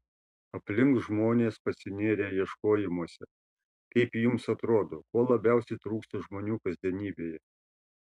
aplink žmonės pasinėrę ieškojimuose kaip jums atrodo ko labiausiai trūksta žmonių kasdienybėje